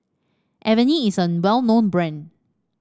Avene is a well known brand